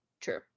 True